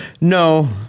No